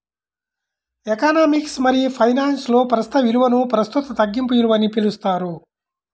economics మరియుఫైనాన్స్లో, ప్రస్తుత విలువనుప్రస్తుత తగ్గింపు విలువ అని పిలుస్తారు